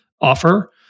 offer